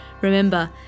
Remember